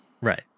Right